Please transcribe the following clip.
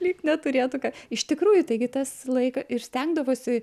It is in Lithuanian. lyg neturėtų ką iš tikrųjų taigi tas laika ir stengdavosi